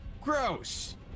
gross